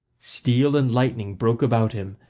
steel and lightning broke about him,